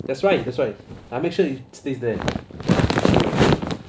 that's why that's why I make sure it stays there